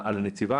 הנציבה.